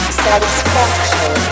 satisfaction